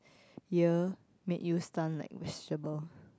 year made you stun like vegetable